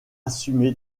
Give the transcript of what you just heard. assumé